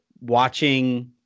watching